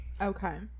Okay